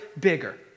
bigger